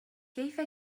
كيف